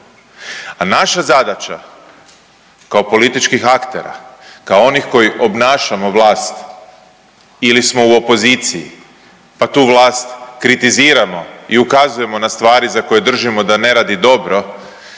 A naša zadaća kao političkih aktera kao onih kojih obnašamo vlast ili smo u opoziciji pa tu vlast kritiziramo i ukazujemo na stvari za koje držimo da ne radi dobro